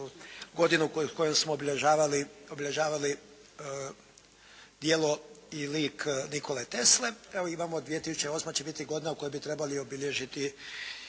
godinu kroz koju smo obilježavali djelo i lik Nikole Tesle. Evo imamo i 2008. će biti godina u kojoj bi trebali obilježiti